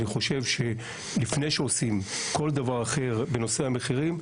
אני חושב שלפני שעושים כל דבר אחר בנושא המחירים,